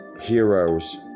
heroes